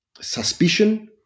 suspicion